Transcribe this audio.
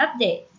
updates